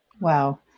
wow